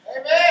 Amen